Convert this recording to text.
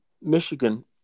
Michigan